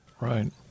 Right